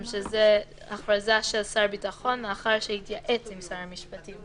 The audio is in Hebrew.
שזה הכרזה של שר הביטחון לאחר שהתייעץ עם שר המשפטים.